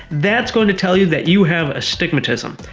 that's going to tell you that you have astigmatism.